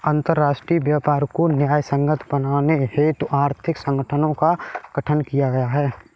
अंतरराष्ट्रीय व्यापार को न्यायसंगत बनाने हेतु आर्थिक संगठनों का गठन किया गया है